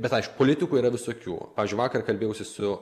bet aišku politikų yra visokių pavyzdžiui vakar kalbėjausi su